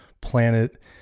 planet